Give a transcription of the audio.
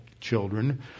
children